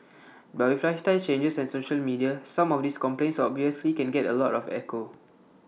but with lifestyle changes and social media some of these complaints obviously can get A lot of echo